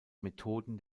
methoden